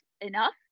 enough